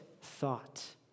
thought